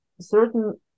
certain